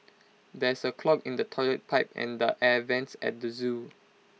there is A clog in the Toilet Pipe and the air Vents at the Zoo